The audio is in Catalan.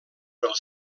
pel